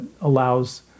allows